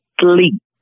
sleep